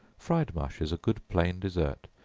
fried mush is a good plain dessert,